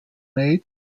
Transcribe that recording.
made